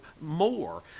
more